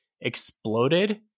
exploded